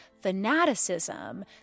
fanaticism